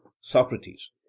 Socrates